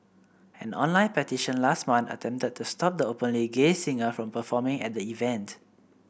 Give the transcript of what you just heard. an online petition last month attempted to stop the openly gay singer from performing at the event